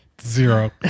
Zero